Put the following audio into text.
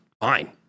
fine